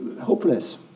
hopeless